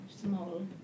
small